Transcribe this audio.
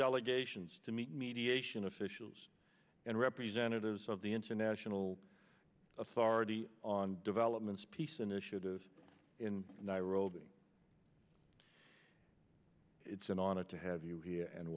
delegations to meet mediation officials and representatives of the international authority on developments peace initiative in nairobi it's an honor to have you here and